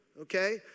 okay